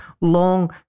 long